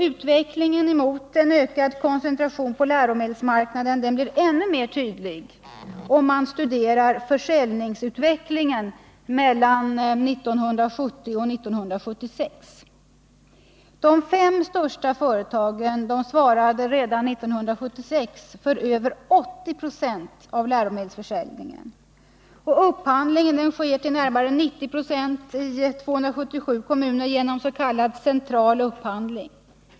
Utvecklingen mot ökad koncentration på läromedelsmarknaden blir ännu mer tydlig om man studerar försäljningsutvecklingen mellan 1970 och 1976. De fem största företagen svarade 1976 för över 8096 av läromedelsförsäljningen. Upphandlingen sker till närmare 90 96 i 277 kommuner genom s.k. central upphandling.